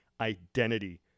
identity